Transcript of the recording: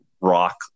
rock